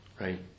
right